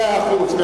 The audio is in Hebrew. מאה אחוז.